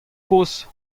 kozh